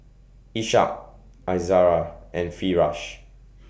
Ishak Izara and Firash